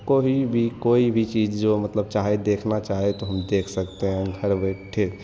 कोई भी कोई भी चीज जो मतलब चाहे देखना चाहे तो हम देख सकते हैं घर बैठे